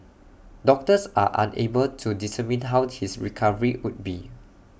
doctors are unable to determine how his recovery would be